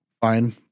fine